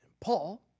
Paul